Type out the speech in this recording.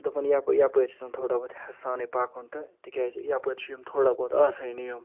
دوٚپُن یپٲرۍ چھِ آسان تھوڑا بہت ہٮ۪س سانٕے پکُن تہٕ تِکیٛازِ یپٲرۍ چھِ یِم تھوڑا بہت آسٲنی یِم